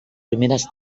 primeres